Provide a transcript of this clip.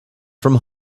from